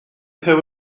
have